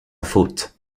faute